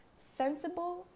sensible